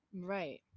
Right